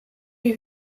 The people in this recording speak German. die